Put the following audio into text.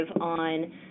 on